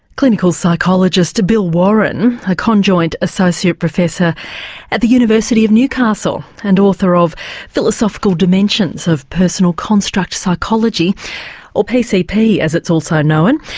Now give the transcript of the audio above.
clinical psychologist bill warren, a conjoint associate professor at the university of newcastle and author of philosophical dimensions of personal construct psychology or pcp as it's also known.